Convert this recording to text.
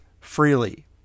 freely